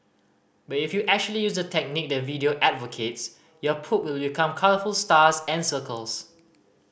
but if you actually use the technique the video advocates your poop will become colourful stars and circles